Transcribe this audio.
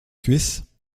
cuisse